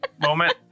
moment